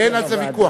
אין על זה ויכוח.